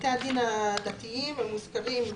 בתי הדין הדתיים מוזכרים בהמשך.